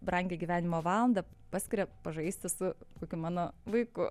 brangią gyvenimo valandą paskiria pažaisti su kokiu mano vaiku